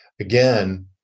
again